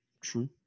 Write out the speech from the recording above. True